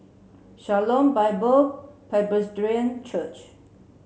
Shalom Bible Presbyterian Church